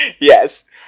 yes